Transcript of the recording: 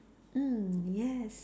mm yes